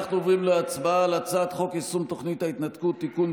אנחנו עוברים להצבעה על הצעת חוק יישום תוכנית ההתנתקות (תיקון,